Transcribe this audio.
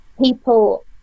People